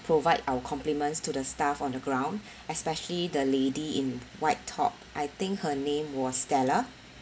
provide our compliments to the staff on the ground especially the lady in white top I think her name was stella